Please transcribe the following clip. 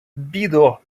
бідо